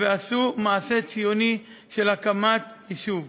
ועשו מעשה ציוני של הקמת יישוב.